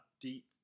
deep